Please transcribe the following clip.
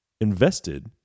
invested